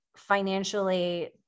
financially